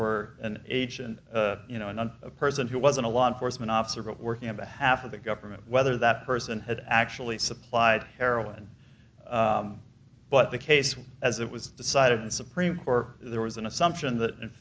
or an agent you know a person who wasn't a law enforcement officer but working on behalf of the government whether that person had actually supplied heroin but the case as it was decided and supreme court there was an assumption that in